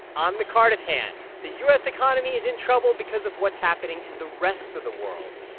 on the cardiff hand, the u s. economy is in trouble because of what's happening in the rest of the world.